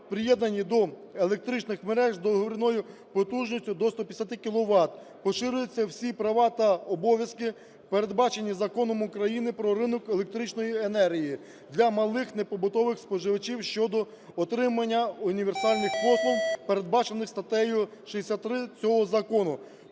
приєднані до електричних мереж договірною потужністю до 150 кіловат, поширюються всі права та обов'язки, передбачені Законом України "Про ринок електричної енергії", для малих непобутових споживачів щодо отримання універсальних послуг, передбачених статтею 63 цього закону".